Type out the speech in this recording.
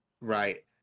right